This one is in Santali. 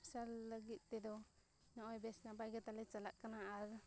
ᱥᱟᱨ ᱞᱟᱹᱜᱤᱫ ᱛᱮᱫᱚ ᱱᱚᱜᱼᱚᱭ ᱵᱮᱥ ᱱᱟᱯᱟᱭ ᱜᱮᱛᱟᱞᱮ ᱪᱟᱞᱟᱜ ᱠᱟᱱᱟ ᱟᱨ